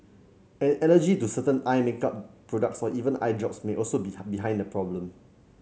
an allergy to certain eye makeup products or even eye drops may also be behind the problem